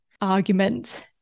arguments